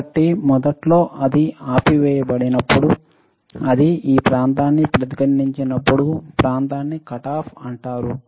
కాబట్టి మొదట్లో అది ఆపివేయబడినప్పుడు అది ఈ ప్రాంతాన్ని ప్రతిఘటించినప్పుడు ప్రాంతాన్ని కటాఫ్ అంటారు